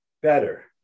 better